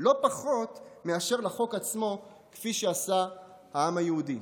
לא פחות מאשר לחוק עצמו, כפי שעשה העם היהודי.